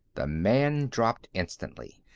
the man dropped instantly.